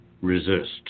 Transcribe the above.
resist